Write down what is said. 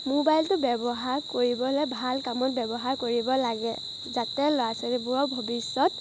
মোবাইলটো ব্যৱহাৰ কৰিবলৈ ভাল কামত ব্যৱহাৰ কৰিব লাগে যাতে ল'ৰা ছোৱালীবোৰৰ ভৱিষ্যত